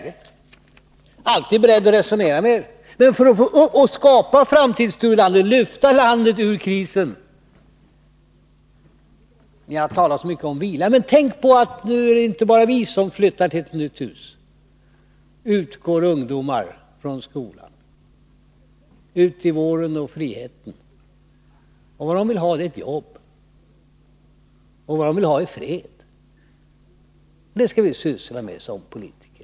Jag är alltid beredd att resonera med er. Men för att skapa en framtidstro i landet och lyfta landet ur krisen — ni har talat så mycket om vila — bör man tänka på att det nu inte bara är vi som flyttar till ett nytt hus. Ut från skolan går ungdomar, ut i våren och friheten. Vad de vill ha är jobb. Och vad de vill ha är fred. Det skall vi syssla med som politiker.